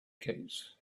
case